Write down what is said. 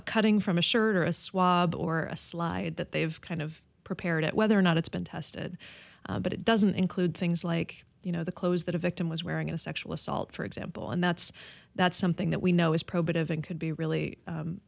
a cutting from a shirt or a swab or a slide that they've kind of prepared it whether or not it's been tested but it doesn't include things like you know the clothes that a victim was wearing a sexual assault for example and that's that's something that we know is probative and could be really